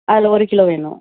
அதில் ஒரு கிலோ வேணும்